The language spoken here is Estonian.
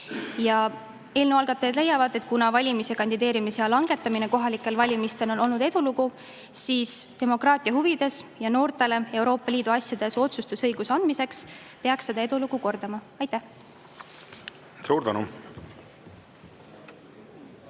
Eelnõu algatajad leiavad, et kuna valimis‑ ja kandideerimisea langetamine kohalikel valimistel on olnud edulugu, siis demokraatia huvides ja noortele Euroopa Liidu asjades otsustusõiguse andmiseks peaks seda edulugu kordama. Aitäh! Rohkem